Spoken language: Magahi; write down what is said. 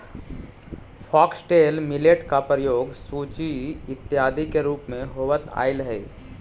फॉक्सटेल मिलेट का प्रयोग सूजी इत्यादि के रूप में होवत आईल हई